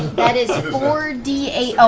that is four d eight.